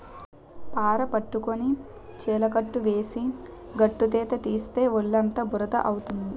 పార పట్టుకొని చిలకట్టు వేసి గట్టుతీత తీస్తే ఒళ్ళుఅంతా బురద అవుతుంది